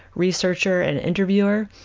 researcher, and interviewer,